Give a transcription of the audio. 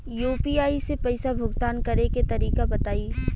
UPI से पईसा भुगतान करे के तरीका बताई?